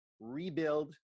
rebuild